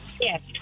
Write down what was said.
Yes